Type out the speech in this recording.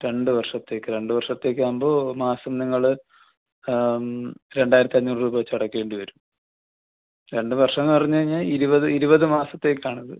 രണ്ട് വർഷത്തേക്ക് രണ്ട് വർഷത്തേക്ക് ആവുമ്പോൾ മാസം നിങ്ങൾ രണ്ടായിരത്തി അഞ്ഞൂറ് രൂപ വച്ച് അടയ്ക്കേണ്ടി വരും രണ്ട് വർഷം എന്ന് പറഞ്ഞു കഴിഞ്ഞാൽ ഇരുപത് ഇരുപത് മാസത്തേക്കാണ് അത്